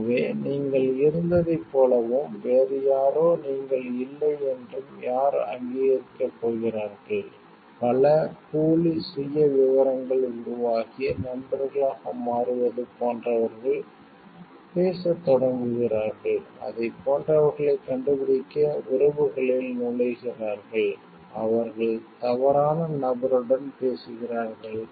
எனவே நீங்கள் இருந்ததைப் போலவும் வேறு யாரோ நீங்கள் இல்லை என்றும் யார் அங்கீகரிக்கப் போகிறார்கள் பல போலி சுயவிவரங்கள் உருவாகி நண்பர்களாக மாறுவது போன்றவர்கள் பேசத் தொடங்குகிறார்கள் அதைப் போன்றவர்களைக் கண்டுபிடிக்க உறவுகளில் நுழைகிறார்கள் அவர்கள் தவறான நபருடன் பேசுகிறார்கள்